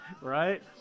Right